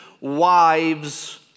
wives